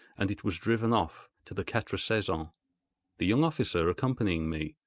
and it was driven off to the quatre saisons the young officer accompanying me,